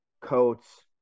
coats